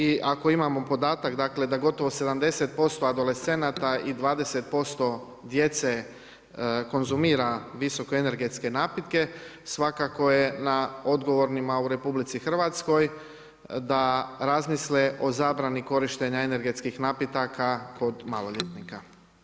I ako imamo podatak, dakle da gotovo 70% adolescenata i 20% djece konzumira visoko energetske napitke svakako je na odgovornima u RH da razmisle o zabrani korištenja energetskih napitaka kod maloljetnika.